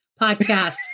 podcast